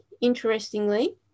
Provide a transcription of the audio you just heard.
interestingly